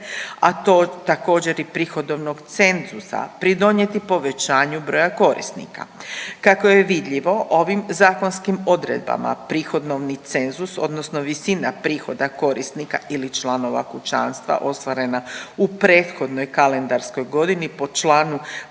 a to također i prihodovnog cenzusa pridonijeti povećanju broja korisnika. Kako je vidljivo ovim zakonskim odredbama prihodovni cenzus, odnosno visina prihoda korisnika ili članova kućanstva ostvarena u prethodnoj kalendarskoj godini po članu